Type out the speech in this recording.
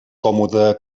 còmode